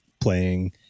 playing